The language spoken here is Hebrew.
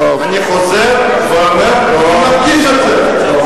אני חוזר ואומר ומדגיש את זה.